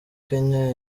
kenya